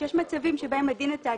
יש מצבים בהם הדין התאגידי,